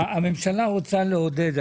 הממשלה רוצה לעודד,